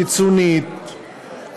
קיצונית,